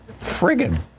friggin